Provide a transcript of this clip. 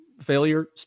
failure